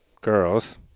girls